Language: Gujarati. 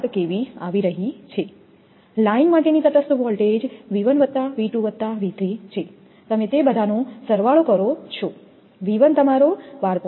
લાઇન માટેની તટસ્થ વોલ્ટેજ V1V2V3 છે તમે તે બધાનો સરવાળો કરો છો V1 તમારો 12